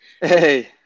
hey